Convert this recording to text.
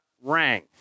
rang